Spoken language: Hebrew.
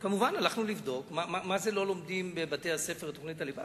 כמובן הלכנו ללמוד מה זה לא לומדים בבתי-הספר את תוכנית הליבה.